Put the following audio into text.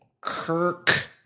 Kirk